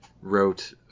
wrote